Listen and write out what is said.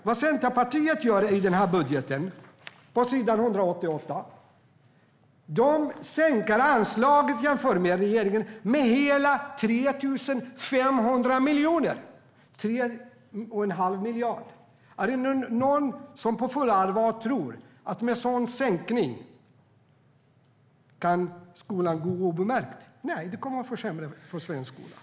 Vad Centerpartiet gör i sin budget på s. 188 är att man sänker anslaget med hela 3 500 miljoner jämfört med regeringen - 3 1⁄2 miljard. Är det någon som på fullt allvar tror att skolan kan gå obemärkt med en sådan sänkning? Nej, det kommer att försämra för svensk skola.